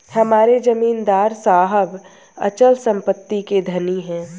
हमारे जमींदार साहब अचल संपत्ति के धनी हैं